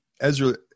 Ezra